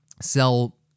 sell